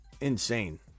Insane